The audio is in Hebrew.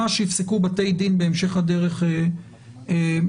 מה שיפסקו בתי דין בהמשך הדרך, יפסקו.